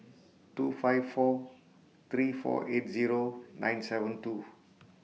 two five four three four eight Zero nine seven two